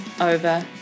over